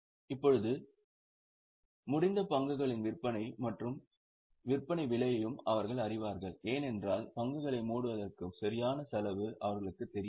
இப்போது முடிக்கும் பங்குகளின் விற்பனை மற்றும் விற்பனை விலையையும் அவர்கள் அறிவார்கள் ஏனென்றால் முடிக்கும் பங்குகளின் சரியான செலவு அவர்களுக்குத் தெரியாது